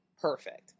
perfect